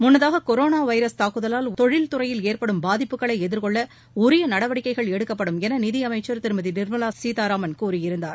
முன்னதாக corona virus தாக்குதலால் தொழில்துறையில் ஏற்படும் பாதிப்புகளை எதிர்கொள்ள உரிய நடவடிக்கைகள் எடுக்கப்படும் என நிதியமைச்சர் திருமதி நிர்மலா கீதாராமன் கூறியிருந்தார்